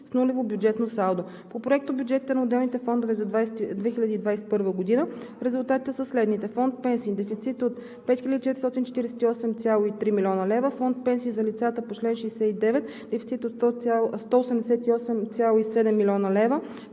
с нулево бюджетно салдо. По проектобюджетите на отделните фондове за 2021 г. резултатите са следните: - Фонд „Пенсии“ – дефицит от 5 448,3 млн. лв.; - Фонд „Пенсии за лицата по чл. 69“ – дефицит от 188,7 млн. лв.;